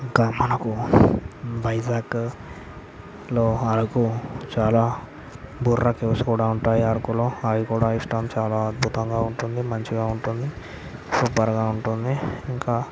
ఇంకా మనకు వైజాగ్లో అరకు చాలా బొర్రా కేవ్స్ కూడా ఉంటాయి అరకులో అవి కూడా ఇష్టం చాలా అద్భుతంగా ఉంటుంది మంచిగా ఉంటుంది సూపర్గా ఉంటుంది ఇంకా